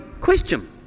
Question